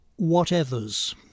Whatevers